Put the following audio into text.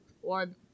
one